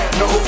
no